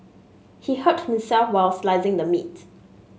he hurt himself while slicing the meat